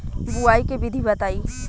बुआई के विधि बताई?